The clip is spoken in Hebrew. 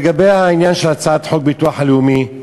לגבי העניין של הצעת חוק הביטוח הלאומי,